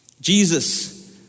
Jesus